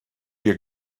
you